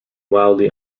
widely